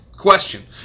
Question